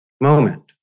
moment